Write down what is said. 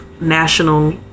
national